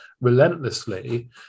relentlessly